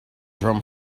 drum